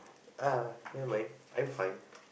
ah never mind I'm fine